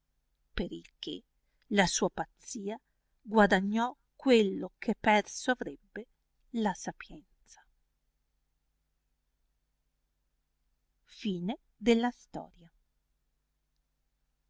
per il che la sua pazzia guadagnò quello che perso arrebbe la sapienza